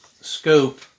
scope